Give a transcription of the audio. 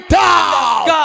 down